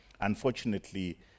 Unfortunately